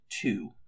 two